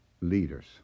Leaders